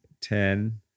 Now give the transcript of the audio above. ten